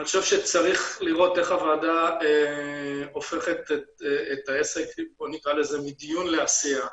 אני חושב שצריך לראות איך הוועדה הופכת את העסק מדיון לעשייה.